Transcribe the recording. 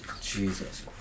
Jesus